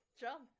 jump